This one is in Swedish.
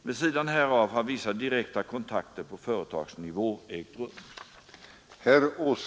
Vid sidan härav har vissa direkta kontakter på företagsnivå ägt rum.